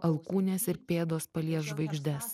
alkūnės ir pėdos palies žvaigždes